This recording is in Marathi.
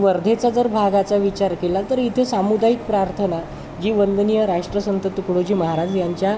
वर्धेचा जर भागाचा विचार केला तर इथे सामुदायिक प्रार्थना जी वंदनीय राष्ट्रसंत तुकडोजी महाराज यांच्या